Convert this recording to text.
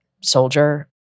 soldier